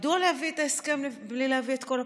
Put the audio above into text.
מדוע להביא את ההסכם בלי להביא את כל הפרטים,